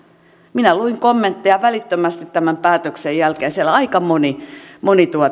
minä luin kommentteja välittömästi päätöksen jälkeen siellä aika moni moni